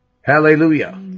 Hallelujah